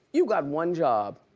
you got one job.